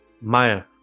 Maya